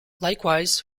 likewise